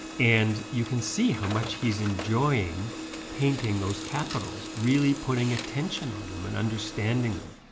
and you can see how much he's enjoying painting those capitals, really putting attention on them and understanding them